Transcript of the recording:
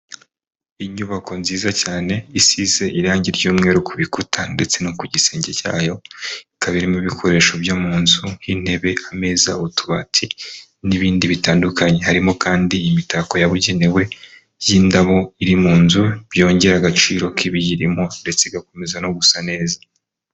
Inyubako nziza cyane, isize irange ry'umweru ku bikuta ndetse no ku gisenge cyayo, ikaba irimo ibikoresho byo mu nzu nk'intebe, ameza, utubati n'ibindi bitandukanye, harimo kandi imitako yabugenewe y'indabo iri mu nzu, byongera agaciro k'ibiyirimo ndetse igakomeza no gusa neza.